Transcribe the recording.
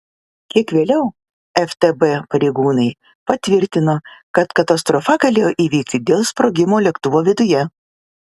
kiek vėliau ftb pareigūnai patvirtino kad katastrofa galėjo įvykti dėl sprogimo lėktuvo viduje